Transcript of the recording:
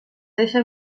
deixa